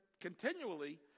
continually